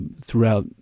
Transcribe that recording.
throughout